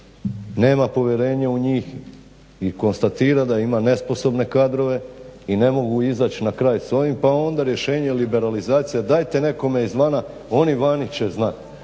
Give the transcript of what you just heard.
nema povjerenja u njih i konstatira da ima nesposobne kadrove i ne mogu izać na kraj s ovim pa onda rješenje o liberalizaciji dajte nekome iz vana, oni vani će znat,